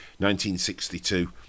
1962